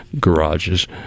garages